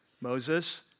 Moses